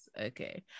okay